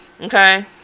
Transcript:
Okay